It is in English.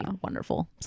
wonderful